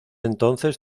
entonces